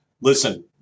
listen